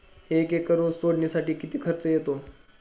एक एकर ऊस तोडणीसाठी किती खर्च येतो?